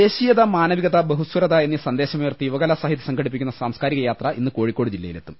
ദേശീയത മാനവികത ബഹുസ്വരത എന്നീ സന്ദേശമുയർത്തി യുവ കലാസാഹിതി സംഘടിപ്പിക്കുന്ന സാംസ്കാരികയാത്ര ഇന്ന് കോഴിക്കോട് ജില്ലയിലെത്തും